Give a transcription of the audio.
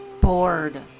bored